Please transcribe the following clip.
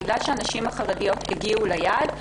בגלל שהנשים החרדיות הגיעו ליעד,